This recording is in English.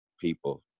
people